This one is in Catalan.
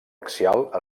axial